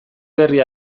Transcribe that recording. berri